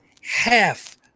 half